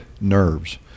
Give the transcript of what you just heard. nerves